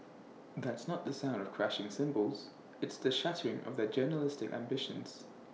that's not the sound of crashing cymbals it's the shattering of their journalistic ambitions